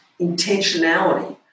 intentionality